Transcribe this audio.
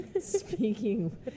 Speaking